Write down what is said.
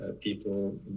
people